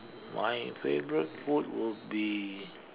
my favourite food would be